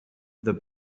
the